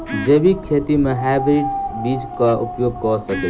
जैविक खेती म हायब्रिडस बीज कऽ उपयोग कऽ सकैय छी?